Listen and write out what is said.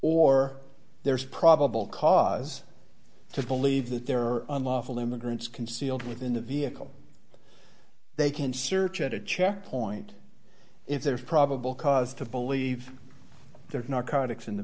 or there's probable cause to believe that there are unlawful immigrants concealed within the vehicle they can search at a checkpoint if there is probable cause to believe there